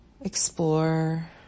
explore